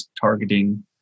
targeting